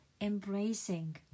embracing